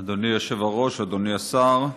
אדוני היושב-ראש, אדוני השר,